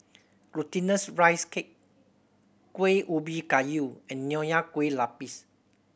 Glutinous Rice Cake Kuih Ubi Kayu and Nonya Kueh Lapis